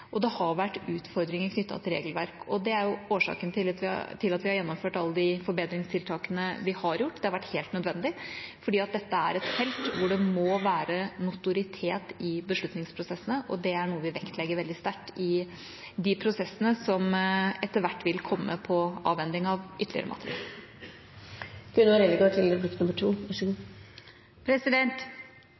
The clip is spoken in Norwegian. i prosessen har vært utfordringer både med å få avhendet flyene og med sporbarhet og dokumentasjon, og det har også vært utfordringer knyttet til regelverk. Det er årsaken til at vi har gjennomført alle forbedringstiltakene. Det har vært helt nødvendig, for dette er et felt hvor det må være notoritet i beslutningsprosessene, og det er noe vi vektlegger veldig sterkt i de prosessene som etter hvert vil komme når det gjelder avhending av ytterligere